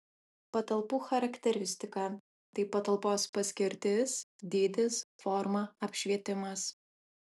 patalpų charakteristika tai patalpos paskirtis dydis forma apšvietimas